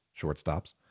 shortstops